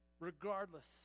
Regardless